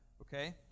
Okay